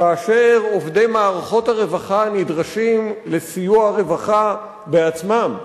כאשר עובדי מערכות הרווחה נדרשים לסיוע רווחה בעצמם.